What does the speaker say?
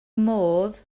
modd